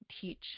teach